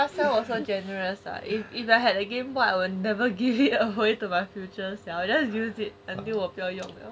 your past self so generous ah if I had a gameboy I will never give it away to my future self I will just use it until 我不要用 liao